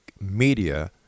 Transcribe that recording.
media